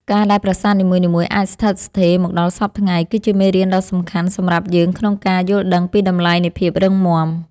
ការដែលប្រាសាទនីមួយៗអាចស្ថិតស្ថេរមកដល់សព្វថ្ងៃគឺជាមេរៀនដ៏សំខាន់សម្រាប់យើងក្នុងការយល់ដឹងពីតម្លៃនៃភាពរឹងមាំ។